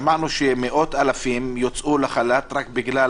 שמענו שמאות אלפים הוצאו לחל"ת רק בגלל